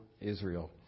Israel